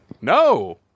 no